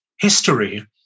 history